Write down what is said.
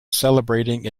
celebrating